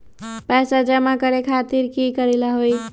पैसा जमा करे खातीर की करेला होई?